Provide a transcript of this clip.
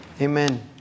Amen